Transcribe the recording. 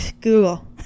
Google